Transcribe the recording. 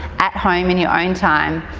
at home, in your own time.